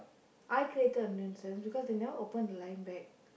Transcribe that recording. I created a nuisance because they never open the line back